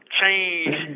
change